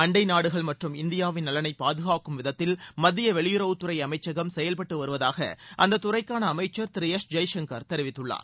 அண்டை நாடுகள் மற்றும் இந்தியாவின் நலனை பாதுகாக்கும் விதத்தில் மத்திய வெளியுறவுத்துறை அமைச்சகம் செயல்பட்டு வருவதாக அந்தத் துறைக்கான அமைச்சர் திரு எஸ் ஜெய்சங்கர் தெரிவித்துள்ளார்